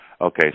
Okay